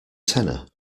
tenner